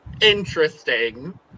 interesting